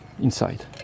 inside